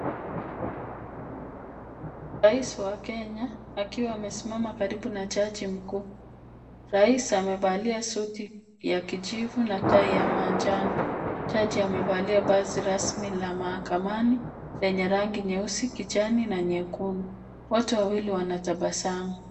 Rais wa Kenya akiwa amesimama karibu na jaji mkuu, rais amevalia suti ya kijivu na tai ya manjano, jaji amevalia vazi rasmi la mahakamani lenye rangi nyeusi, kijani na nyekundu. Wote wawili wanatabasamu.